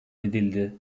edildi